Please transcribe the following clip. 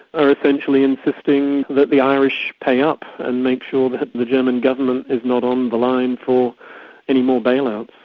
are essentially insisting the the irish pay up and make sure that the german government is not on the line for any more bailouts.